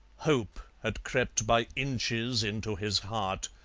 hope had crept by inches into his heart,